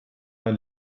ein